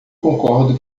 concordo